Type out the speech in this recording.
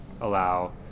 allow